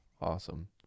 Awesome